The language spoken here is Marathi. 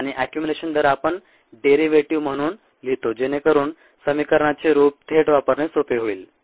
आणि अक्युमुलेशन दर आपण डेरिवेटीव म्हणून लिहितो जेणेकरून समिकरणाचे रूप थेट वापरणे सोपे होईल